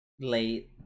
late